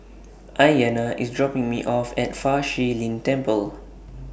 Aiyana IS dropping Me off At Fa Shi Lin Temple